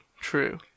true